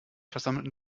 versammelten